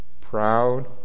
proud